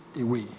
away